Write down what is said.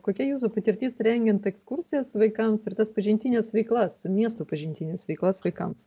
kokia jūsų patirtis rengiant ekskursijas vaikams ir tas pažintines veiklas miestų pažintines veiklas vaikams